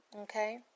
Okay